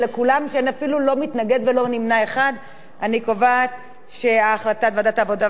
הצעת ועדת העבודה,